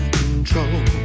control